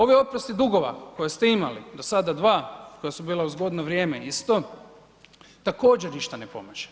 Ovi oprosti dugova koje ste imali, do sada dva koja su bila u zgodno vrijeme isto, također ništa ne pomaže.